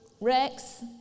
Rex